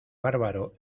bárbaro